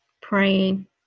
praying